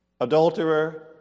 Adulterer